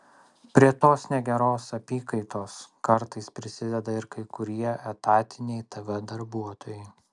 prie tos negeros apykaitos kartais prisideda ir kai kurie etatiniai tv darbuotojai